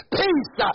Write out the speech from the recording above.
peace